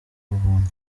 ubuntu